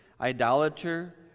idolater